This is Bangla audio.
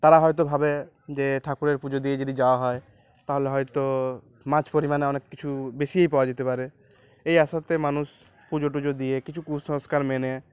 তারা হয়তো ভাবে যে ঠাকুরের পুজো দিয়ে যদি যাওয়া হয় তাহলে হয়তো মাছ পরিমাণে অনেক কিছু বেশিই পাওয়া যেতে পারে এই আসাতে মানুষ পুজো টুজো দিয়ে কিছু কুসংস্কার মেনে